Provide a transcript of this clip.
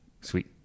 Sweet